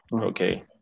Okay